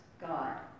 God